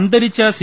അന്തരിച്ച സി